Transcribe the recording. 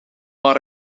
maar